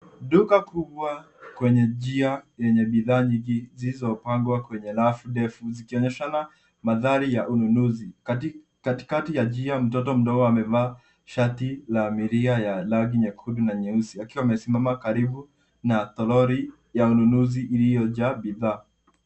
Duka kubwa kwenye njia lenye bidhaa nyingi zilizopangwa kwenye rafu ndefu zikionyeshana mandhari ya ununuzi. Katikati ya njia mtoto mdogo amevaa shati la milia ya rangi nyekundu na nyeusi akiwa amesimama karibu na toroli ya ununuzi iliyojaa bidhaa.